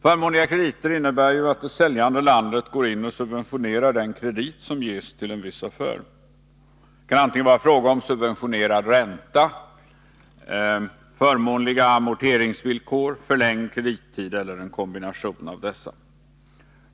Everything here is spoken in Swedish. Förmånliga krediter innebär ju att det säljande landet subventionerar den kredit som ges i en viss affär. Det kan vara fråga om subventionerad ränta, förmånliga amorteringsvillkor, förlängd kredittid eller en kombination av dessa metoder.